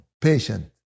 Patient